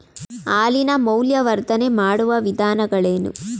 ಹಾಲಿನ ಮೌಲ್ಯವರ್ಧನೆ ಮಾಡುವ ವಿಧಾನಗಳೇನು?